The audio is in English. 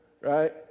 right